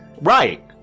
Right